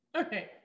okay